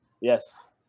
Yes